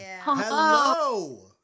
hello